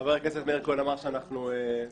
חבר הכנסת מאיר כהן אמר שאנחנו מגמגמים.